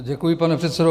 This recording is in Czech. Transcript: Děkuji, pane předsedo.